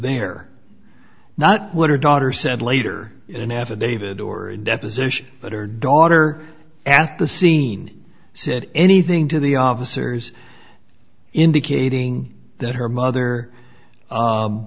there not what her daughter said later in an affidavit or a deposition that her daughter at the scene said anything to the officers indicating that her mother